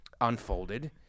unfolded